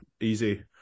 easy